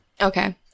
Okay